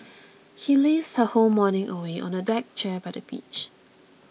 she lazed her whole morning away on a deck chair by the beach